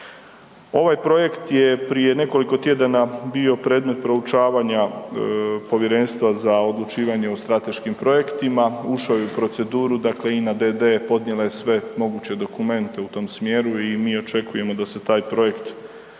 Ovaj projekt je prije nekoliko tjedana bio predmet proučavanja Povjerenstva za odlučivanje o strateškim projektima, ušao je u proceduru, dakle INA d.d. podnijela je sve moguće dokumente u tom smjeru i mi očekujemo da se taj projekt u